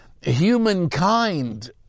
humankind